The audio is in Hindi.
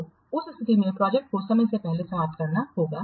तो उस स्थिति में प्रोजेक्ट को समय से पहले समाप्त करना होगा